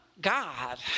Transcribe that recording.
God